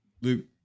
Luke